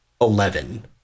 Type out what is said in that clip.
eleven